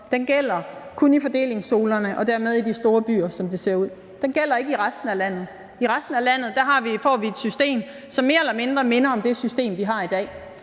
gælder kun i fordelingszonerne og dermed i de store byer, som det ser ud; den gælder ikke i resten af landet. I resten af landet får vi et system, som mere eller mindre minder om det system, vi har i dag,